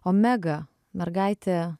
omega mergaitė